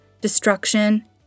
destruction